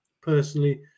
personally